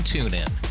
TuneIn